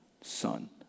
son